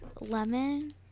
lemon